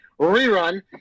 rerun